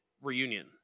reunion